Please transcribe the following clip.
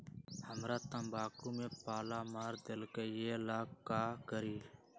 हमरा तंबाकू में पल्ला मार देलक ये ला का करी?